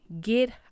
get